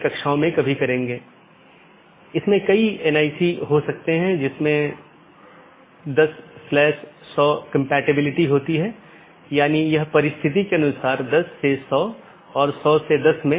उदाहरण के लिए एक BGP डिवाइस को इस प्रकार कॉन्फ़िगर किया जा सकता है कि एक मल्टी होम एक पारगमन अधिकार के रूप में कार्य करने से इनकार कर सके